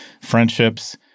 Friendships